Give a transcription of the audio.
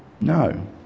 no